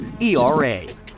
ERA